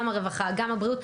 גם הרווחה וגם הבריאות.